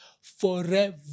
forever